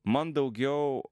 man daugiau